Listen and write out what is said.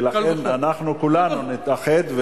ולכן אנחנו כולנו נתאחד,